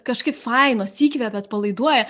kažkaip fainos įkvepia atpalaiduoja